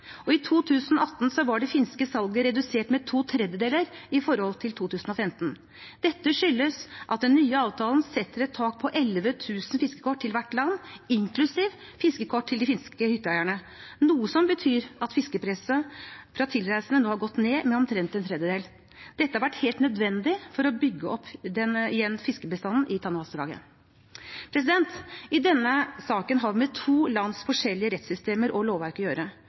og i 2018 var det finske salget redusert med to tredjedeler i forhold til 2015. Dette skyldes at den nye avtalen setter et tak på 11 000 fiskekort til hvert land, inklusiv fiskekort til de finske hytteeierne, noe som betyr at fiskepresset fra tilreisende nå har gått ned med omtrent en tredjedel. Dette har vært helt nødvendig for å bygge opp igjen fiskebestanden i Tanavassdraget. I denne saken har vi med to lands forskjellige rettssystemer og lovverk å gjøre.